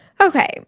okay